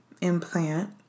implant